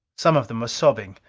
some of them were sobbing.